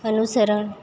અનુસરણ